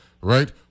right